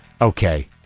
Okay